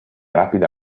rapida